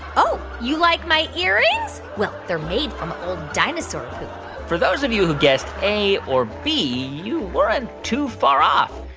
oh, you like my earrings? well, they're made from old dinosaur poop for those of you who guessed a or b, you weren't too far off.